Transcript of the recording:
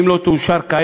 אם היא לא תאושר כעת,